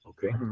Okay